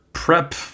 prep